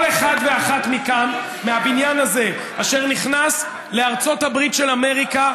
כל אחד ואחת מכם מהבניין הזה אשר נכנס לארצות הברית של אמריקה,